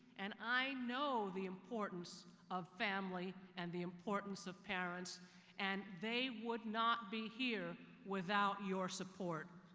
and i know the importance of family and the importance of parents and they would not be here without your support.